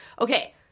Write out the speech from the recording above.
Okay